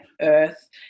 earth